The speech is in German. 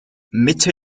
mitte